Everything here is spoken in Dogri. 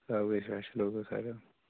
सब किश फ्रेश होग सर